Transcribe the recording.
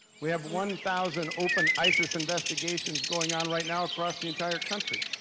we have one thousand open isis investigations going on right now across the entire country!